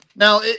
Now